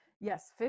Yes